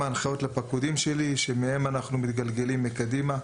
הנחיות לפקודים שלי שמהם אנחנו מתגלגלים קדימה.